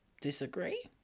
disagree